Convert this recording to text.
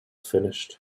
finished